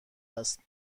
است